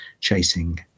chasing